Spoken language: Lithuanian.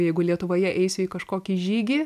jeigu lietuvoje eisiu į kažkokį žygį